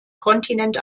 kontinent